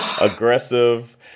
aggressive